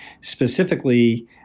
Specifically